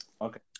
Okay